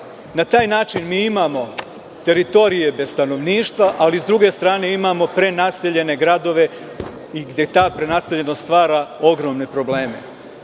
Na taj način imamo teritorije bez stanovništva, ali, sa druge strane, imamo prenaseljene gradove, gde ta prenaseljenost stvara ogromne probleme. Kada